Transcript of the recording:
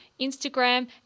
Instagram